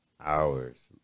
hours